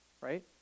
Right